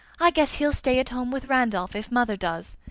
i guess he'll stay at home with randolph if mother does,